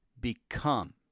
become